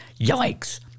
yikes